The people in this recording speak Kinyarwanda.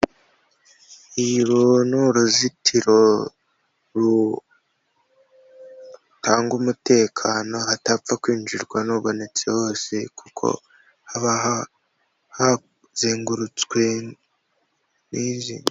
Uru ni uruzitiro rutanga umutekano hatapfa kwinjirwa n'ubonetse wese kuko haba hazengurutswe.